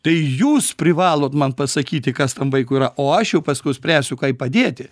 tai jūs privalot man pasakyti kas tam vaikui yra o aš jau paskui spręsiu kaip padėti